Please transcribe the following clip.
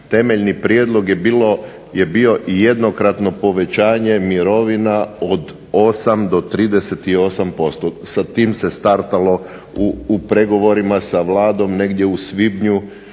temeljni prijedlog je bio jednokratno povećanje mirovina od 8 do 38% sa tim se startalo u pregovorima sa Vladom negdje u lipnju